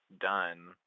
done